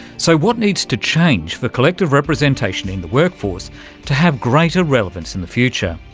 so what needs to change for collective representation in the workforce to have greater relevance in the future?